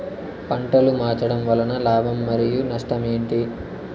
పంటలు మార్చడం వలన లాభం మరియు నష్టం ఏంటి